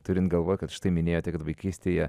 turint galvoj kad štai minėjote kad vaikystėje